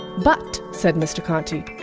but, said mr konti,